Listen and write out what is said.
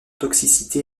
toxicité